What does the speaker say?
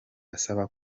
asaba